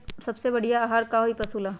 सबसे बढ़िया आहार का होई पशु ला?